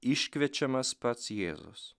iškvečiamas pats jėzus